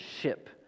ship